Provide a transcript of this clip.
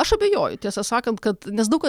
aš abejoju tiesą sakant kad nes daug